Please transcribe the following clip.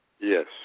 Yes